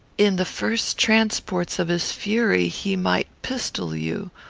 in the first transports of his fury he might pistol you,